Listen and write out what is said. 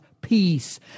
peace